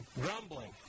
grumbling